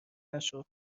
نشو